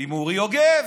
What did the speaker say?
עם אורי יוגב.